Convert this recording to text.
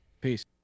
Peace